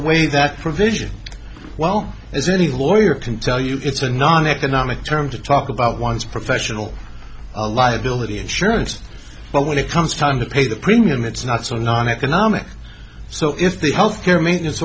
provision well as any lawyer can tell you it's a non economic term to talk about one's professional liability insurance but when it comes time to pay the premium it's not so non economic so if the health care maintenance